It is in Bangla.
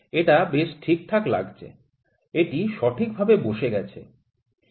এটা বেশ ঠিকঠাকই লাগছে এটি সঠিকভাবে বসে গেছে